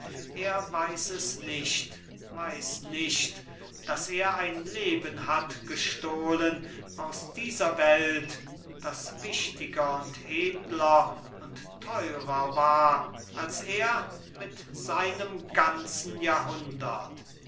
er weiß es nicht weiß nicht daß er ein leben hat gestohlen aus dieser welt das wichtiger und edler und teurer war als er mit seinem ganzen jahrhundert